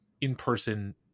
in-person